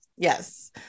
Yes